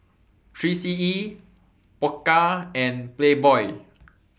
three C E Pokka and Playboy